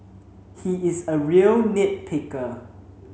he is a real nit picker